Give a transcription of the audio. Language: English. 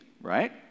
right